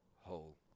whole